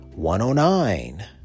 109